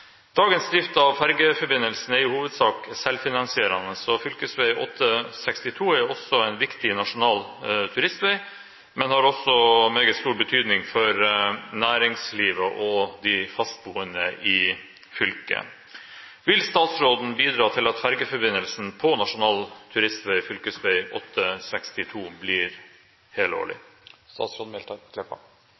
Dagens drift av fergeforbindelsen er i hovedsak selvfinansierende, og fv. 862 er også en viktig nasjonal turistvei, men har også meget stor betydning for næringslivet og de fastboende i fylket. Vil statsråden bidra til at fergeforbindelsen på nasjonal turistvei, fv. 862, blir